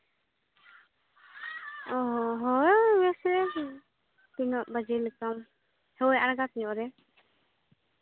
ᱚᱸᱻ ᱦᱚᱸ ᱦᱳᱭ ᱢᱟᱥᱮ ᱛᱤᱱᱟᱹᱜ ᱵᱟᱡᱮ ᱞᱮᱠᱟᱢ ᱦᱳᱭ ᱟᱬᱜᱟᱛ ᱧᱚᱜ ᱨᱮ